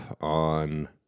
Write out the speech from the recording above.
on